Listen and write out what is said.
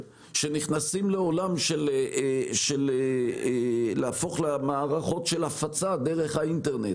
שנכנסים לעולם של להפוך למערכות של הפצה דרך האינטרנט